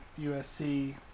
USC